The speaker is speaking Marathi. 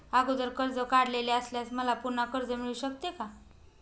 अगोदर कर्ज काढलेले असल्यास मला पुन्हा कर्ज मिळू शकते का?